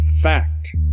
fact